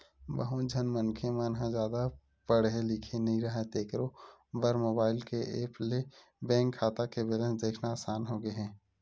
बहुत झन मनखे मन ह जादा पड़हे लिखे नइ राहय तेखरो बर मोबईल के ऐप ले बेंक खाता के बेलेंस देखना असान होगे हे